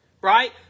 right